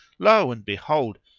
lo and behold!